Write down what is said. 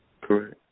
correct